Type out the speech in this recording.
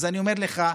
אז אני אומר לך: